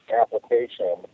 application